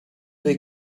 they